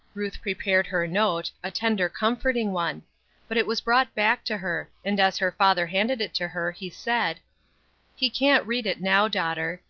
ruth prepared her note a tender, comforting one but it was brought back to her and as her father handed it to her he said he can't read it now, daughter.